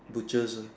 butchers